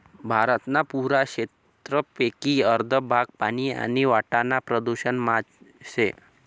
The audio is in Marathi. भारतना पुरा क्षेत्रपेकी अर्ध भाग पानी आणि वाटाना प्रदूषण मा शे